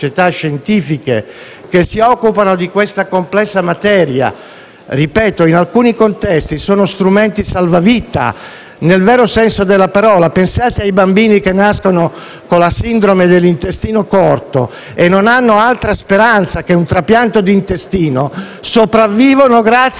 Ripeto, in alcuni contesti sono strumenti salva vita nel vero senso della parola. Pensate ai bambini che nascono con la sindrome dell'intestino corto e non hanno altra speranza che un trapianto di intestino: sopravvivono grazie a nutrizione e idratazione artificiali, nell'attesa di un trapianto che